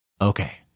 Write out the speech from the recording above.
Okay